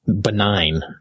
benign